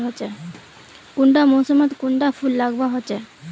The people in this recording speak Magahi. कुंडा मोसमोत कुंडा फुल लगवार होछै?